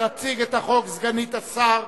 תציג את החוק סגנית השר